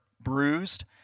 bruised